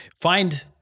find –